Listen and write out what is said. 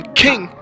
king